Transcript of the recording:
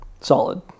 solid